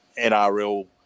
NRL